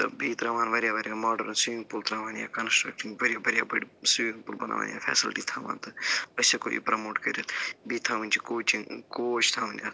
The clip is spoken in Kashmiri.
بہٕ بیٚیہِ تراوٕہَن واریاہ واریاہ ماڈٲرٕن سِوِنٛگ پوٗل تراوٕہَن یا کَنَسٹریکٹِنٛگ واریاہ واریاہ بٔڑۍ سِوِنٛگ پوٗل بناوہَن یا فیسلٹی تھاوہَن تہٕ أسۍ ہٮ۪کَو یہِ پرموٹ کٔرِتھ بیٚیہِ تھاوٕنۍ چھِ کوچِنٛگ کوچ تھاوٕنۍ اَتھ